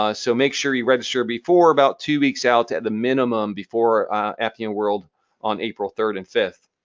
ah so make sure you register before about two weeks out at the minimum before appian world on april third and fifth.